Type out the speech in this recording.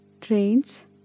trains